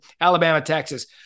Alabama-Texas